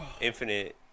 infinite